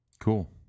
Cool